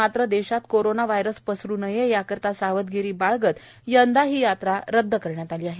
मात्र सध्या देशात कोरोना व्हायरस पसरू नये याकरीता सावधगिरी बाळगत हि यात्रा रद्द करण्यात आली आहे